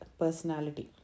personality